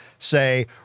say